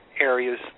areas